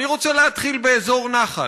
אני רוצה להתחיל ב"אזור נחל".